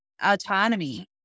autonomy